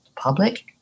public